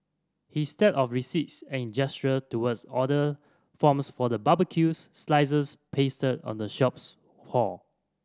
his stack of receipts and gesture towards order forms for the barbecues slices pasted on the shop's hall